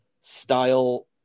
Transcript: style